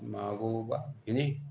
मागोवा घेणे